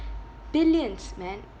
billions man